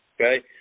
Okay